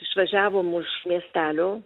išvažiavom už miestelio